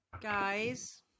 Guys